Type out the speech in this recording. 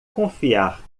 confiar